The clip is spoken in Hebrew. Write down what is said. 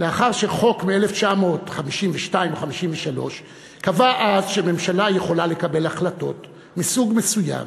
לאחר שחוק מ-1952 או 1953 קבע אז שממשלה יכולה לקבל החלטות מסוג מסוים,